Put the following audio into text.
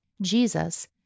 Jesus